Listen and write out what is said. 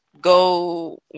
Go